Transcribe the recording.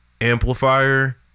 amplifier